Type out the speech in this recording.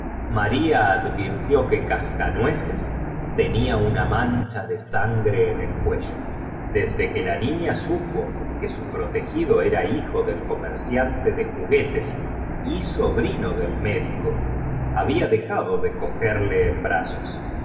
maria adviltió que cascanueces tenia una man j aaj cba do sangre en el cuello desdo que la niña supo que su protegido era hijo del comerciante de juguetes y sobtino del médico habla dejado de cogerle en brazos